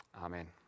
Amen